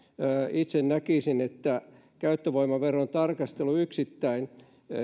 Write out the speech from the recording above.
itse näkisin että käyttövoimaveron tarkastelu